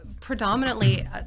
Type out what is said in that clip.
predominantly